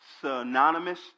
synonymous